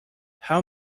how